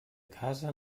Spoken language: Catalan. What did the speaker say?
casa